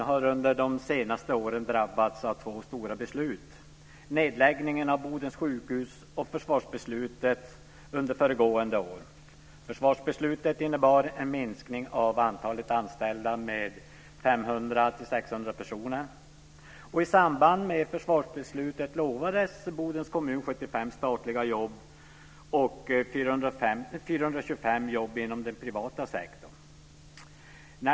Herr talman! Fru talman! Bodens kommun har under de senaste åren drabbats av två stora beslut: I samband med försvarsbeslutet lovades Bodens kommun 75 statliga jobb och 425 jobb inom den privata sektorn.